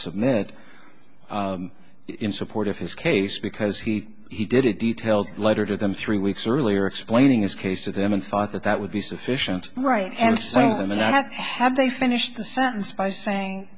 submit in support of his case because he he did it detailed letter to them three weeks earlier explaining his case to them and thought that that would be sufficient right and certainly not have had they finished the sentence by saying